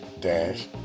dash